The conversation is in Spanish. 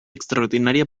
extraordinaria